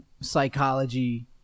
psychology